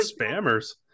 spammers